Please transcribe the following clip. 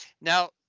Now